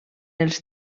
els